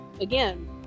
again